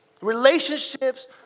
Relationships